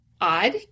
odd